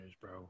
bro